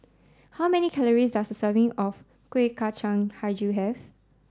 how many calories does a serving of Kuih Kacang Hijau have